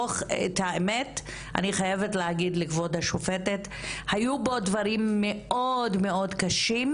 אני חייבת להגיד לכבוד השופטת שבדוח היו דברים מאוד-מאוד קשים,